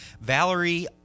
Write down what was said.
Valerie